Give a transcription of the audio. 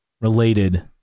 related